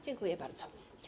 Dziękuję bardzo.